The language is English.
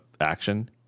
action